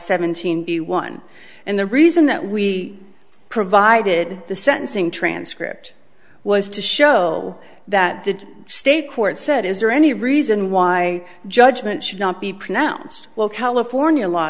seventeen b one and the reason that we provided the sentencing transcript was to show that the state court said is there any reason why judgment should not be pronounced well california law